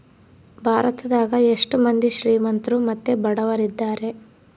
ಭಾರತದಗ ಎಷ್ಟ ಮಂದಿ ಶ್ರೀಮಂತ್ರು ಮತ್ತೆ ಬಡವರಿದ್ದಾರೆ?